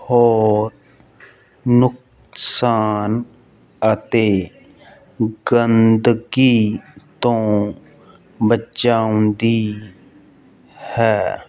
ਹੋਰ ਨੁਕਸਾਨ ਅਤੇ ਗੰਦਗੀ ਤੋਂ ਬਚਾਉਂਦੀ ਹੈ